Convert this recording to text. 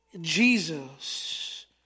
Jesus